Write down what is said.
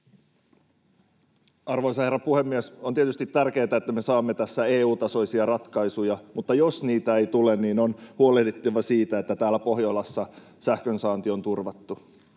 Arvoisa herra puhemies! On tietysti tärkeätä, että me saamme tässä EU-tasoisia ratkaisuja, mutta jos niitä ei tule, niin on huolehdittava siitä, että täällä Pohjolassa sähkönsaanti on turvattu.